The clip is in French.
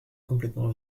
complètement